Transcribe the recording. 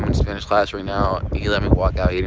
and spanish class right now. he let me walk out. you know